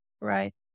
Right